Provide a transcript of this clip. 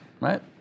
right